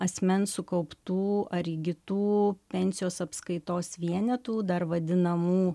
asmens sukauptų ar įgytų pensijos apskaitos vienetų dar vadinamų